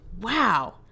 wow